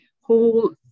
whole